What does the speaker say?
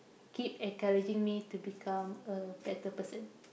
keep encouraging me to become a better person